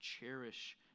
cherish